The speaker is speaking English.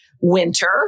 winter